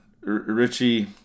Richie